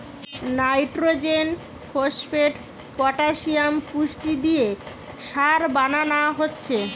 nitrogen, phosphate, potassium পুষ্টি দিয়ে সার বানানা হচ্ছে